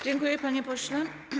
Dziękuję, panie pośle.